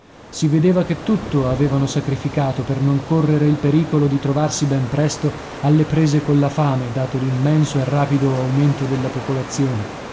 si vedeva che tutto avevano sacrificato per non correre il pericolo di trovarsi ben presto alle prese colla fame dato l'immenso e rapido aumento della popolazione